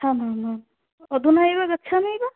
आम् आम् आम् अधुना एव गच्छामि वा